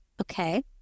Okay